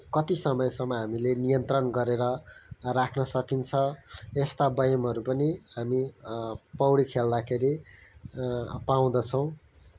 कति समयसम्म हामीले नियन्त्रण गरेर राख्न सकिन्छ यस्ता व्यायामहरू पनि हामी पौडी खेल्दाखेरि पाउँदछौँ